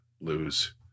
lose